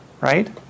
right